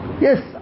Yes